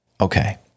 Okay